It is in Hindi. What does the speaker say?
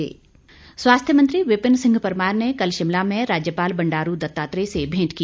भेंट स्वास्थ्य मंत्री विपिन सिंह परमार ने कल शिमला में राज्यपाल बंडारू दत्तात्रेय से भेंट की